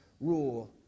rule